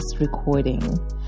recording